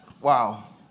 Wow